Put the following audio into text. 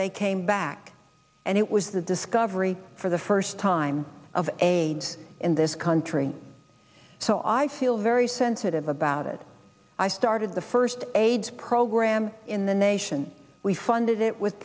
they came back and it was the discovery for the first time of aids in this country so i feel very sensitive about it i started the first aids program in the nation we funded it with